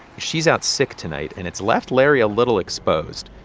she's out sick tonight, and it's left larry a little exposed.